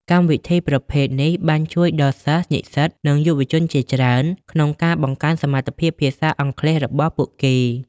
កម្មវិធីប្រភេទនេះបានជួយដល់សិស្សនិស្សិតនិងយុវជនជាច្រើនក្នុងការបង្កើនសមត្ថភាពភាសាអង់គ្លេសរបស់ពួកគេ។